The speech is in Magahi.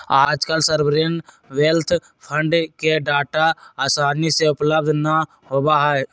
आजकल सॉवरेन वेल्थ फंड के डेटा आसानी से उपलब्ध ना होबा हई